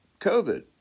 COVID